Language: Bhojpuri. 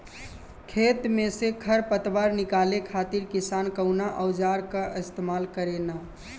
खेत में से खर पतवार निकाले खातिर किसान कउना औजार क इस्तेमाल करे न?